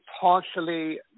partially